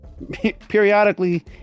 periodically